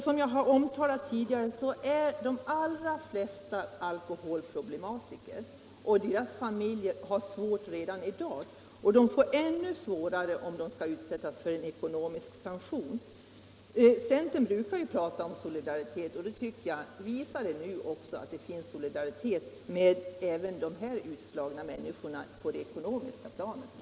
Som jag har sagt tidigare är de allra flesta rattonyktra alkoholproblematiker. Deras familjer har det svårt redan i dag, och de får det ännu svårare om de skall utsättas för ekonomisk sanktion. Folk partiet brukar ju tala om solidaritet. Visa då nu att det finns solidaritet även med dessa utslagna människor på det sociala planet och ge dem ej ekonomiska sanktioner.